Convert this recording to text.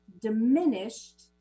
diminished